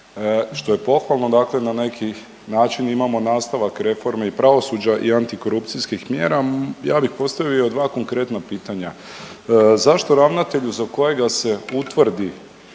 što je pohvalno. Dakle, na neki način imamo nastavak reforme i pravosuđa i antikorupcijskih mjera. Ja bih postavio dva konkretna pitanja: Zašto ravnatelju za kojega se utvrdi